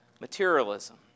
materialism